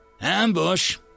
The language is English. Ambush